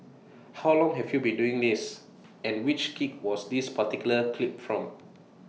how long have you been doing this and which gig was this particular clip from